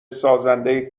سازنده